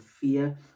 fear